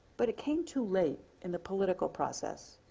but it came too late in the political process.